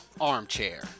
armchair